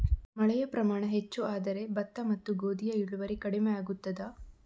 ಮಳೆಯ ಪ್ರಮಾಣ ಹೆಚ್ಚು ಆದರೆ ಭತ್ತ ಮತ್ತು ಗೋಧಿಯ ಇಳುವರಿ ಕಡಿಮೆ ಆಗುತ್ತದಾ?